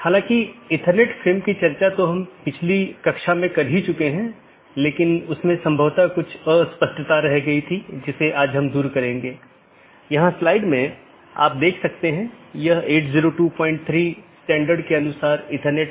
दूसरे अर्थ में हमारे पूरे नेटवर्क को कई ऑटॉनमस सिस्टम में विभाजित किया गया है जिसमें कई नेटवर्क और राउटर शामिल हैं जो ऑटॉनमस सिस्टम की पूरी जानकारी का ध्यान रखते हैं हमने देखा है कि वहाँ एक बैकबोन एरिया राउटर है जो सभी प्रकार की चीजों का ध्यान रखता है